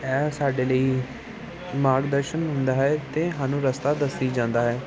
ਇਹ ਸਾਡੇ ਲਈ ਮਾਰਗ ਦਰਸ਼ਨ ਹੁੰਦਾ ਹੈ ਅਤੇ ਸਾਨੂੰ ਰਸਤਾ ਦੱਸੀ ਜਾਂਦਾ ਹੈ